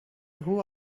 who